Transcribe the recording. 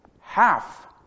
half